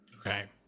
Okay